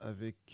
avec